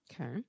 okay